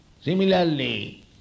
Similarly